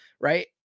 Right